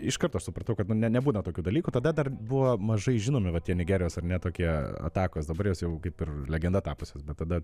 iš karto supratau kad nu ne nebūna tokių dalykų tada dar buvo mažai žinomi va tie nigerijos ar ne tokie atakos dabar jos jau kaip ir legenda tapusios bet tada